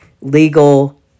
legal